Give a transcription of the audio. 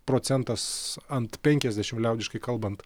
procentas ant penkiasdešim liaudiškai kalbant